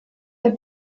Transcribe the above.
der